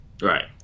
Right